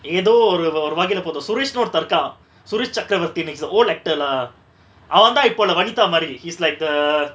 எதோ ஒரு ஒரு வகைல போது:etho oru oru vakaila pothu suresh ன்னு ஒருத்த இருக்கா:nu orutha iruka suresh sakkaravarthi ன்னு:nu he's a old actor lah அவதா இப்ப உள்ள:avatha ippa ulla vanitha மாரி:mari he's like the